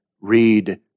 read